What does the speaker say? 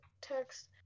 text